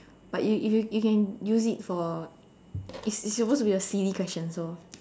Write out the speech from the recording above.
but if if you you can use it for it's it's supposed to be a silly question so